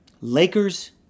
Lakers